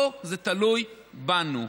פה זה תלוי בנו.